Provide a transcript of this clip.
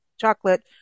chocolate